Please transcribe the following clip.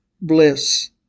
bliss